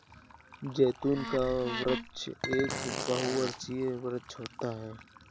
जैतून का वृक्ष एक बहुवर्षीय वृक्ष होता है